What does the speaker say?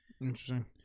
Interesting